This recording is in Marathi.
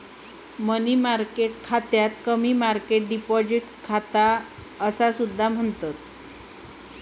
मनी मार्केट खात्याक मनी मार्केट डिपॉझिट खाता असा सुद्धा म्हणतत